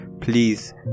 please